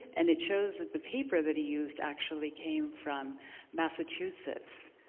and it shows that the paper that he used actually came from massachusetts.